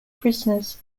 prisoners